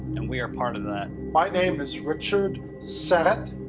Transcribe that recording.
and we are part of that. my name is richard said.